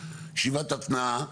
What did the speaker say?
ישיבת התנעה,